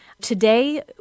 Today